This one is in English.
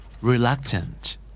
Reluctant